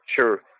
sure